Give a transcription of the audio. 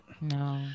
No